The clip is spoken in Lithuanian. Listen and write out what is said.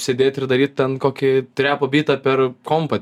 sėdėt ir daryt ten kokį trepo bytą per kompą